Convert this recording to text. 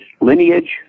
lineage